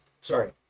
Sorry